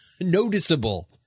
noticeable